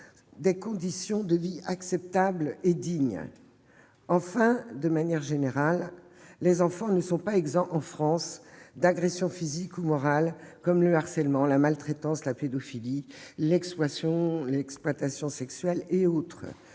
des conditions de vie acceptables et dignes. Enfin, de manière générale, les enfants ne sont pas exempts en France d'agressions physiques ou morales, comme le harcèlement, la maltraitance, la pédophilie, l'exploitation sexuelle, dans